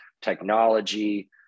technology